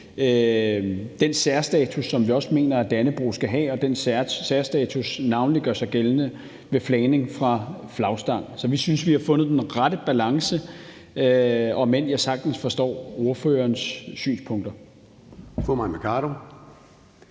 den særstatus, som vi også mener at Dannebrog skal have, og at den særstatus navnlig gør sig gældende ved flagning fra flagstang. Så vi synes, at vi har fundet den rette balance, om end jeg sagtens forstår ordførerens synspunkter.